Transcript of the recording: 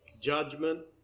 judgment